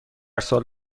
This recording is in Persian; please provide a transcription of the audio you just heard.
سال